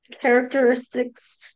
characteristics